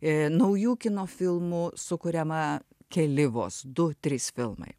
ir naujų kino filmų sukuriama keli vos du trys filmai